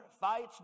fights